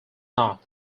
not